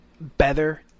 Better